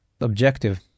objective